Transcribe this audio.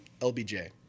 LBJ